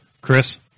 Chris